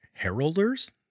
heralders